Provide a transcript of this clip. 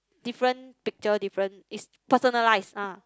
different picture different is personalized ah